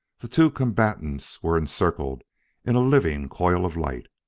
the two combatants were encircled in a living coil of light.